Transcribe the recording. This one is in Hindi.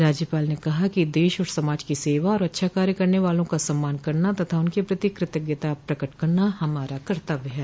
राज्यपाल ने कहा कि देश और समाज की सेवा और अच्छा कार्य करने वालों का सम्मान करना तथा उनके प्रति कृतज्ञता प्रकट करना हमारा कर्तव्य है